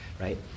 right